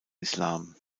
islam